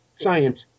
science